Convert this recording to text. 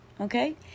Okay